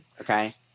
Okay